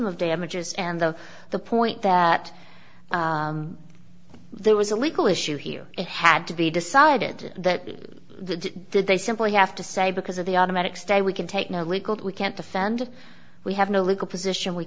of damages and the the point that there was a legal issue here it had to be decided that the did they simply have to say because of the automatic stay we can take no legal we can't defend we have no legal position we